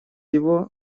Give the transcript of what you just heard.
его